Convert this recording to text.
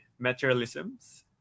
materialisms